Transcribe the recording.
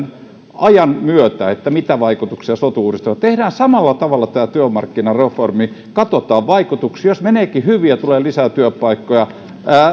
ajan myötä että mitä vaikutuksia sotu uudistuksella on olisinkin kysynyt eikö tehdä samalla tavalla tämä työmarkkinareformi katsotaan vaikutuksia jos meneekin hyvin ja tulee lisää työpaikkoja